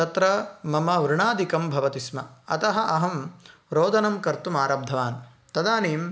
तत्र मम वृणादिकं भवति स्म अतः अहं रोदनं कर्तुम् आरब्धवान् तदानीं